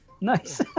Nice